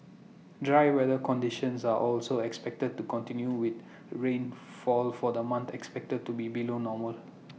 dry weather conditions are also expected to continue with rainfall for the month expected to be below normal